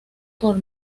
por